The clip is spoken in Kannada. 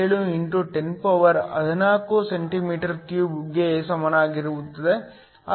17 x 1014 cm3 ಗೆ ಸಮಾನವಾಗಿರುತ್ತದೆ